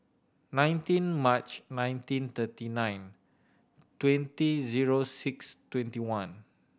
nineteen March nineteen thirty nine twenty zero six twenty one